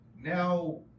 Now